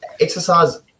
exercise